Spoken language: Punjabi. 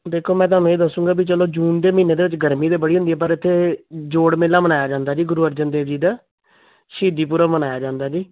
ਦੇਖੋ ਮੈਂ ਤੁਹਾਨੂੰ ਇਹ ਦੱਸੂੰਗਾ ਵੀ ਚਲੋ ਜੂਨ ਦੇ ਮਹੀਨੇ ਦੇ ਵਿੱਚ ਗਰਮੀ ਤਾਂ ਬੜੀ ਹੁੰਦੀ ਆ ਪਰ ਇੱਥੇ ਜੋੜ ਮੇਲਾ ਮਨਾਇਆ ਜਾਂਦਾ ਜੀ ਗੁਰੂ ਅਰਜਨ ਦੇਵ ਜੀ ਦਾ ਸ਼ਹੀਦੀ ਪੁਰਬ ਮਨਾਇਆ ਜਾਂਦਾ ਜੀ